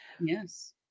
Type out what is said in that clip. Yes